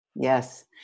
Yes